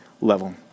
level